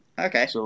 Okay